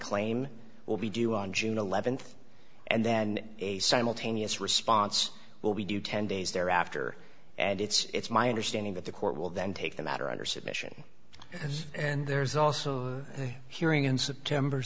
claim will be due on june eleventh and then a simultaneous response will be due ten days thereafter and it's my understanding that the court will then take the matter under submission and there's also a hearing in september